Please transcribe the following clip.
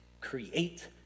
create